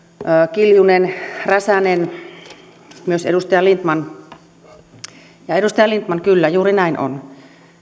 kiljunen räsänen myös edustaja lindtman ja edustaja lindtman kyllä juuri näin on